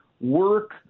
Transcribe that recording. work